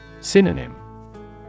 Synonym